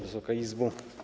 Wysoka Izbo!